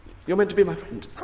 you're meant to be my friend! i